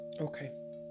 Okay